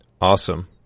Awesome